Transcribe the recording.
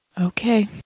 Okay